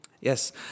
Yes